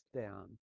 down